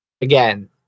again